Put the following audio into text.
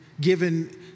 given